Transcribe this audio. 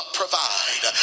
provide